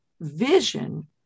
vision